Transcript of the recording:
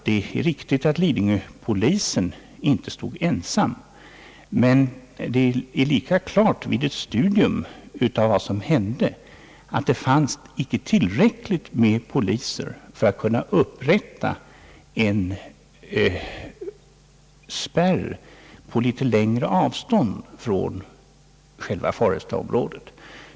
Det är riktigt att lidingöpolisen inte stod ensam, men vid ett studium av vad som hände står det klart att det icke fanns tillräckligt många poliser för att kunna upprätta en spärr på litet längre avstånd från själva forestaområdet.